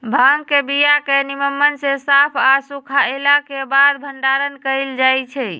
भांग के बीया के निम्मन से साफ आऽ सुखएला के बाद भंडारण कएल जाइ छइ